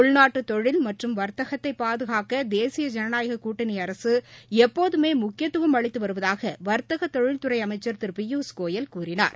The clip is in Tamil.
உள்நாட்டு தொழில் மற்றும் வர்த்தகத்தை பாதுகாக்க தேசிய ஜனநாயகக் கூட்டணி அரசு எப்போதுமே முக்கியத்துவம் அளித்து வருவதாக வர்த்தக தொழில்துறை அமைச்சர் திரு பியூஷ் கோயல் கூறினார்